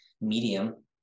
medium